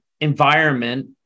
environment